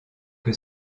que